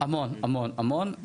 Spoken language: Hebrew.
המון המון המון.